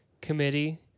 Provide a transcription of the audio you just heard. committee